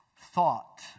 thought